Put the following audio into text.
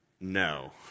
no